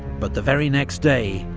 but the very next day,